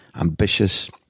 ambitious